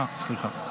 אה, סליחה.